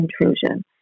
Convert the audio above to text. intrusion